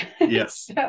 Yes